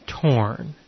torn